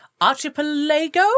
Archipelago